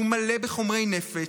מלא בחומרי נפץ,